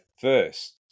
first